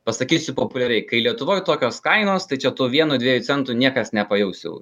pasakysiu populiariai kai lietuvoj tokios kainos tai čia tų vieno dviejų centų niekas nepajaus jau